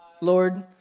Lord